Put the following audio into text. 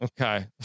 Okay